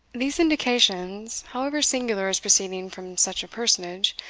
these indications, however singular as proceeding from such a personage,